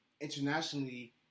internationally